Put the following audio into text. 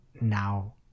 now